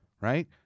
right